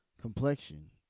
complexion